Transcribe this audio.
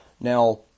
Now